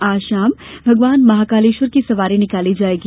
आज शाम भगवान महाकालेश्वर की सवारी निकाली जायेगी